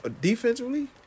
defensively